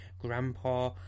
Grandpa